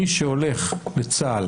מי שהולך לצה"ל,